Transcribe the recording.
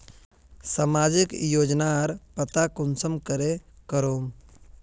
सामाजिक योजनार पता कुंसम करे करूम?